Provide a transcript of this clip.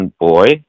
boy